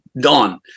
done